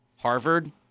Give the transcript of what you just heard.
Harvard